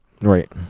Right